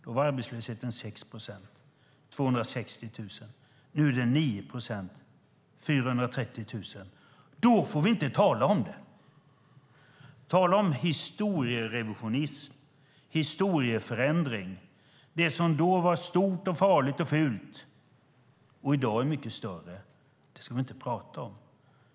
Då var arbetslösheten 6 procent, 260 000 personer. Nu är den 9 procent, 430 000 personer. Nu får vi inte tala om det. Tala om historierevisionism och historieförändring. Det som då var stort, farligt och fult och i dag är mycket större ska vi inte tala om.